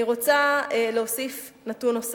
אני רוצה לומר נתון נוסף: